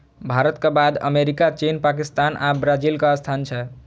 भारतक बाद अमेरिका, चीन, पाकिस्तान आ ब्राजीलक स्थान छै